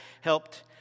helped